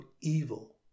evil